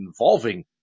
involving